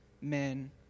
men